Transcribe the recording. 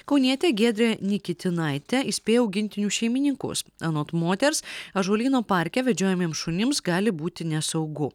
kaunietė giedrė nikitinaitė įspėja augintinių šeimininkus anot moters ąžuolyno parke vedžiojamiems šunims gali būti nesaugu